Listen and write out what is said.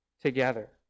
together